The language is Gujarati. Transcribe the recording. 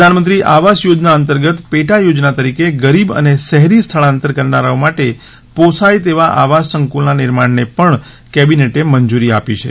પ્રધાનમંત્રી આવાસ યોજના અંતર્ગત પેટા યોજના તરીકે ગરીબ અને શહેરી સ્થળાંતર કરનારાઓ માટે પોષાય તેવા આવાસ સંકુલના નિર્માણને પણ કેબિનેટે મંજૂરી આપી છે